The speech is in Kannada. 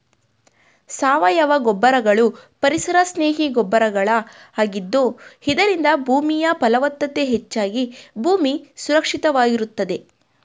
ಸಾವಯವ ಗೊಬ್ಬರಗಳು ಪರಿಸರ ಸ್ನೇಹಿ ಗೊಬ್ಬರಗಳ ಆಗಿದ್ದು ಇದರಿಂದ ಭೂಮಿಯ ಫಲವತ್ತತೆ ಹೆಚ್ಚಾಗಿ ಭೂಮಿ ಸುರಕ್ಷಿತವಾಗಿರುತ್ತದೆ